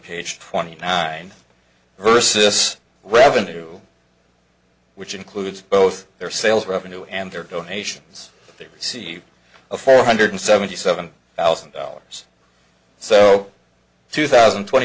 page twenty nine versus revenue which includes both their sales revenue and their donations they received a four hundred seventy seven thousand dollars so two thousand and twenty